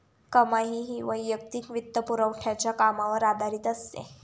कमाई ही वैयक्तिक वित्तपुरवठ्याच्या कामावर आधारित असते